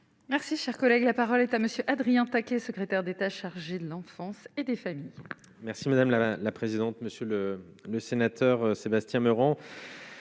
Merci, cher collègue, la parole est à monsieur Adrien taquet, secrétaire d'État chargé de l'enfance et des familles. Merci madame la la la présidente monsieur le le sénateur Sébastien Meurant.